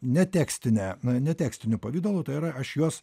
ne tekstine ne tekstiniu pavidalu tai yra aš juos